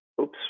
Oops